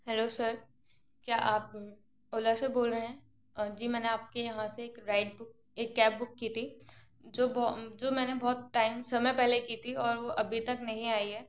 harrow sir क्या आप ओला से बोल रहे हैं जी मैंने आप के यहाँ से एक राइड बूक एक कैब बूक की ती जो मैंने बहुत टाइम समय पहले कि ती और वो अभी तक नहीं आई है